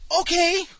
Okay